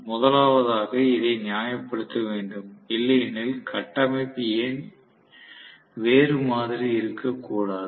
முதலாவதாக இதை நியாயப்படுத்த வேண்டும் இல்லையெனில் கட்டமைப்பு ஏன் வேறு மாதிரி இருக்க கூடாது